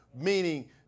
meaning